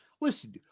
Listen